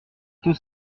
tout